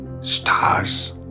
stars